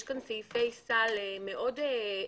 יש פה סעיפי סל שמאפשרים